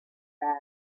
bag